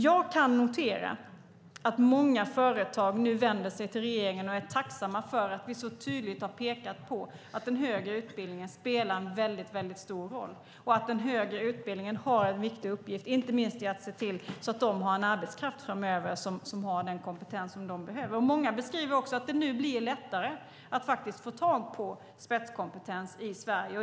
Jag kan notera att många företag nu vänder sig till regeringen och är tacksamma för att vi så tydligt har pekat på att den högre utbildningen spelar en väldigt stor roll och att den högre utbildningen har en viktig uppgift inte minst i att se till att de har en arbetskraft framöver som har den kompetens som de behöver. Många beskriver också att det nu blir lättare att få tag på spetskompetens i Sverige.